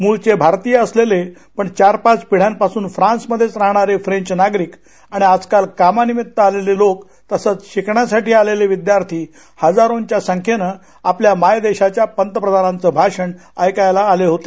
मृळचे भारतीय असलेले पण चार पाच पिढ्यांपासून फ्रान्समध्येच राहणारे फ्रेंच नागरिक आणि आजकाल कामानिमित्त आलेले लोक तसंच शिकण्यासाठी आलेले विद्यार्थी हजारोंच्या संख्येन आपल्या मायदेशाच्या पंतप्रधानांच भाषण ऐकायला आले होते